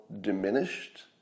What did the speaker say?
diminished